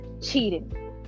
Cheating